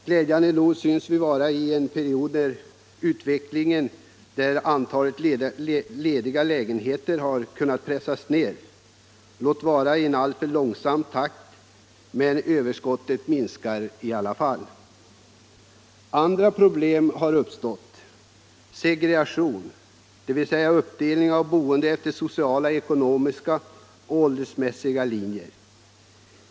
Glädjande nog synes vi vara i en period där antalet lediga lägenheter har kunnat pressas ner — låt vara i en alltför långsam takt — men överskottet minskar i alla fall. Andra problem har uppstått, bl.a. segregation, dvs. uppdelning av de boende efter sociala, ekonomiska och åldersmässiga linjer.